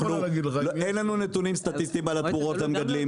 אין לנו נתונים סטטיסטיים על התמורות למגדלים.